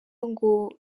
ngo